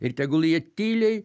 ir tegul jie tyliai